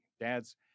Dad's